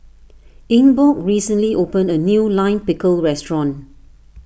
Ingeborg recently opened a new Lime Pickle restaurant